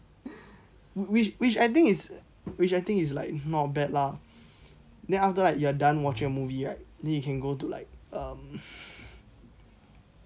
which which I think is which I think is like not bad lah then after like you done watching a movie right then you can go to like um